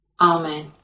Amen